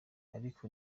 ariko